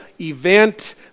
event